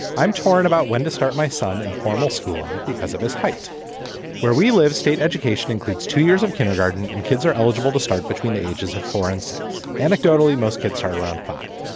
i'm torn about when to start my son in formal schooling because of his height where we live. state education includes two years of kindergarten and kids are eligible to start between the ages of forensics. anecdotally, most kids are around five.